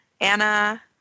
Anna